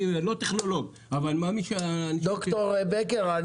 אני לא טכנולוג אבל אני מאמין -- ד"ר בקר,